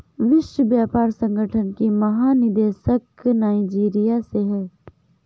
विश्व व्यापार संगठन की महानिदेशक नाइजीरिया से है